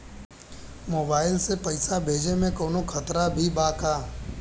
Mobile से पैसा भेजे मे कौनों खतरा भी बा का?